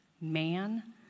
man